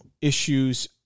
issues